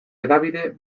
hedabide